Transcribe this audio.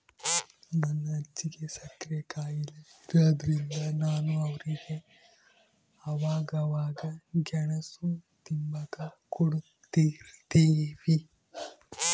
ನಮ್ ಅಜ್ಜಿಗೆ ಸಕ್ರೆ ಖಾಯಿಲೆ ಇರಾದ್ರಿಂದ ನಾವು ಅವ್ರಿಗೆ ಅವಾಗವಾಗ ಗೆಣುಸು ತಿಂಬಾಕ ಕೊಡುತಿರ್ತೀವಿ